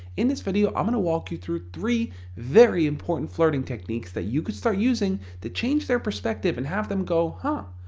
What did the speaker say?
in this video, i'm gonna walk you through three very important flirting techniques that you can start using to change their perspective and have them go huh,